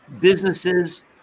businesses